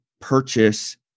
purchase